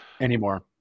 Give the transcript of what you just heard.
anymore